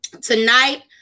Tonight